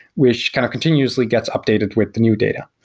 which kind of continuously gets updated with the new data.